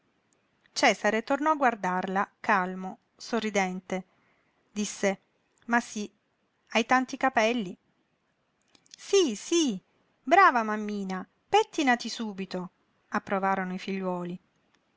cesare tornò a guardarla calmo sorridente disse ma sí hai tanti capelli sí sí brava mammina pèttinati subito approvarono i figliuoli